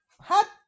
Hot